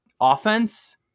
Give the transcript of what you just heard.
offense